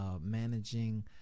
managing